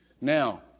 Now